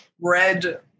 red